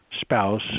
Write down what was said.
spouse